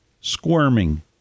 squirming